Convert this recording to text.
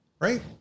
right